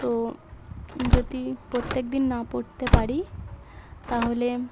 তো যদি প্রত্যেকদিন না পড়তে পারি তাহলে